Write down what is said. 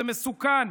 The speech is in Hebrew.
זה מסוכן.